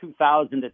2000